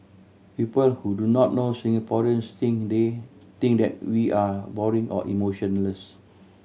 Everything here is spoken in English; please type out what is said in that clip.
people who do not know Singaporeans think they think that we are boring or emotionless